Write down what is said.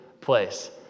place